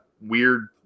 weird